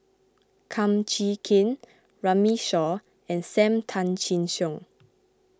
Kum Chee Kin Runme Shaw and Sam Tan Chin Siong